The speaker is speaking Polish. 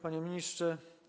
Panie Ministrze!